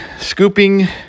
scooping